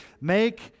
Make